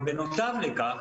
בנוסף לכך,